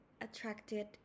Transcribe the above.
attracted